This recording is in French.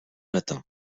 matin